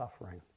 suffering